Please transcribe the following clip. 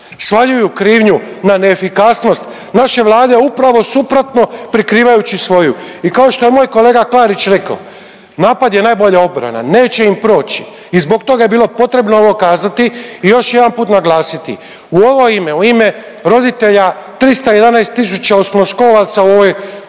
Svaljuju krivnju na neefikasnost naše Vlade, upravo suprotno, prikrivajući svoju i kao što je moj kolega Klarić rekao, napad je najbolja obrana, neće im proći i zbog toga je bilo potrebno ovo kazati i još jedanput naglasiti. U ovo ime, u ime roditelja 311 tisuća osnovnoškolaca u ovoj,